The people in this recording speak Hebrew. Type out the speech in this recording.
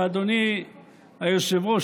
אדוני היושב-ראש,